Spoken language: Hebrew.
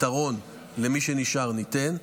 פתרון למי שנשאר, ניתן.